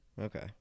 okay